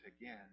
again